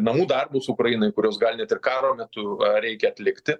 namų darbus ukrainai kuriuos galit ir karo metu reikia atlikti